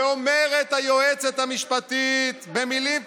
ואומרת היועצת המשפטית במילים פשוטות: